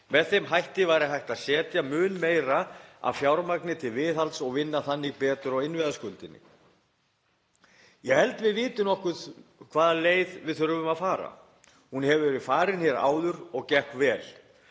Með þeim hætti væri hægt að setja mun meira af fjármagni til viðhalds og vinna þannig betur á innviðaskuldinni. Ég held við vitum nokkuð hvaða leið við þurfum að fara. Hún hefur verið farin hér áður og gekk vel,